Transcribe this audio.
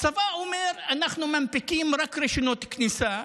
הצבא אומר: אנחנו מנפיקים רק רישיונות כניסה,